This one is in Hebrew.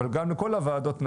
אבל גם לכל הוועדות,